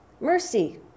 mercy